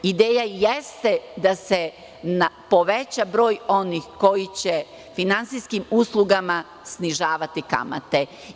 Ideja jeste da se poveća broj onih koji će finansijskim uslugama snižavati kamate.